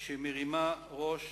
שמרימה ראש